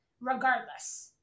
regardless